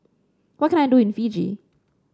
what can I do in Fiji